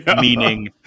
meaning